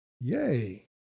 Yay